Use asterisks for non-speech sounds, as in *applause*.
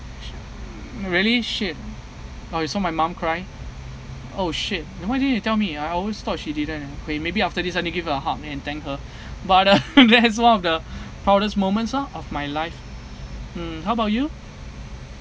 really shit oh you saw my mum cry oh shit then why didn't you tell me ah I always thought she didn't ah maybe after this I want to give her a hug and thank her but uh *laughs* that is one of the proudest moments ah of my life hmm how about you